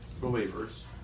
believers